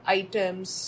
items